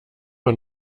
man